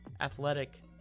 athletic